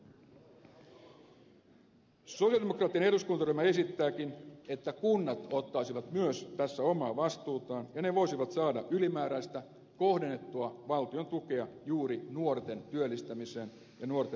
sosialidemokraattinen eduskuntaryhmä esittääkin että kunnat ottaisivat myös tässä omaa vastuutaan ja ne voisivat saada ylimääräistä kohdennettua valtion tukea juuri nuorten työllistämiseen ja nuorten työpaikkojen esille kaivamiseen